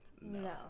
no